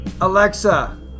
Alexa